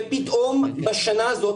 ופתאום בשנה הזאת,